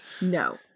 No